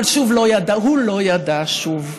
אבל הוא לא ידע, שוב.